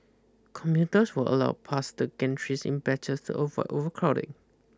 commuters were allowed past the gantries in batches of overcrowding